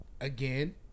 again